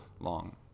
long